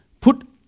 put